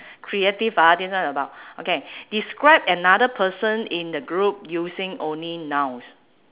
creative ah this one about okay describe another person in the group using only nouns